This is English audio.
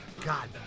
god